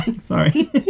sorry